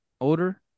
odor